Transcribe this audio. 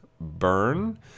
burn